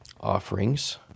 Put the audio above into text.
offerings